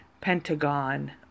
Pentagon